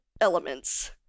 elements